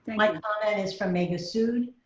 my comment is from megha sood.